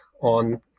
on